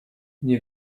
nie